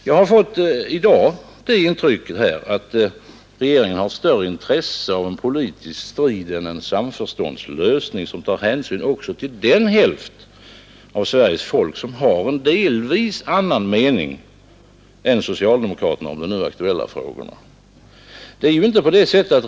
Jag har i dag fått det intrycket att regeringen har större intresse av politisk strid än av en samförståndslösning som tar hänsyn också till den hälft av Sveriges folk som har en delvis annan mening än socialdemokraterna om de nu aktuella frågorna.